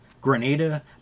Grenada